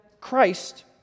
Christ